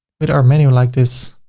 with our menu like this.